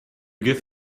give